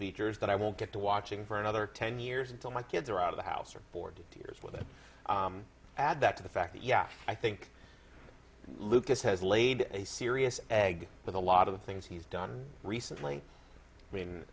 features that i won't get to watching for another ten years until my kids are out of the house or bored to tears with add that to the fact that yeah i think lucas has laid a serious egg with a lot of the things he's done recently